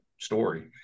story